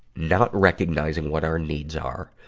not recognizing what our needs are,